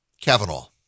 Kavanaugh